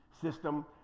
system